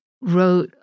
wrote